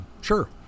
sure